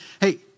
hey